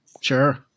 Sure